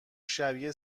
شبیه